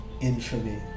infamy